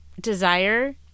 desire